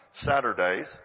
saturdays